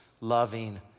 loving